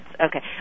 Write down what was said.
Okay